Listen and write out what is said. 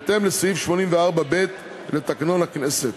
בהתאם לסעיף 84(ב) לתקנון הכנסת.